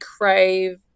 crave